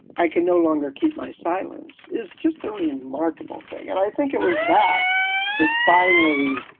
i can no longer keep my silence is just a remarkable thing, and i think it was that that finally